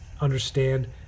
understand